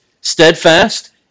steadfast